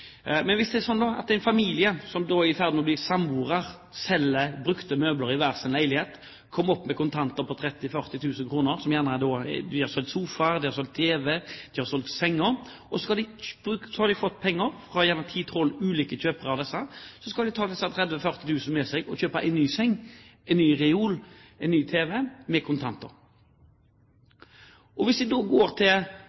Hvis noen som er i ferd med å bli samboere, selger brukte møbler i hver sin leilighet og kommer opp i 30 000–40 000 kr i kontanter – de har solgt sofaer, de har solgt tv-er, de har solgt senger, og så har de fått penger fra ti–tolv ulike kjøpere – og skal ta disse 30 000–40 000 kr med seg og kjøpe en ny seng, en ny reol og en ny tv med kontanter,